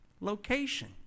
location